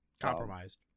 Compromised